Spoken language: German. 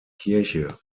kirche